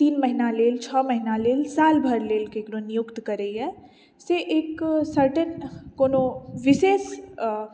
तीन महीना लेल छओ महीना लेल साल भरि लेल ककरो नियुक्त करैए से एक सर्टेन कोनो विशेष